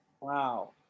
Wow